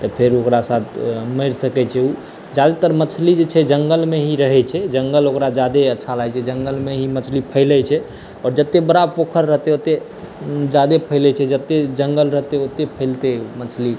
तऽ फेर ओकरा साथ मरि सकै छै ओ ज्यादेतर मछली जे छै जंगल मे ही रहै छै जंगल ओकरा जादे अच्छा लागै छै जंगल मे ही मछली फैलै छै जतेक बरा पोखरि रहतै ओते जादे फैलै छै जते जंगल रहतै ओते फैलतै मछली